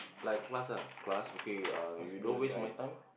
like class lah class okay ah you don't waste my time